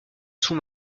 sous